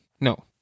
no